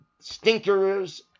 stinkers